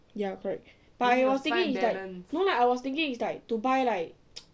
ya correct but I was thinking no lah I was thinking it's like to buy like